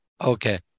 okay